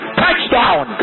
touchdown